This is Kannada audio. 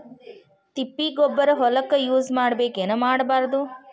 ತಿಪ್ಪಿಗೊಬ್ಬರ ಹೊಲಕ ಯೂಸ್ ಮಾಡಬೇಕೆನ್ ಮಾಡಬಾರದು?